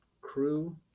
crew